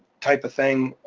type of thing,